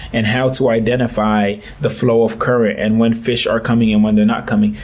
and how to identify the flow of current, and when fish are coming and when they're not coming,